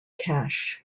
cache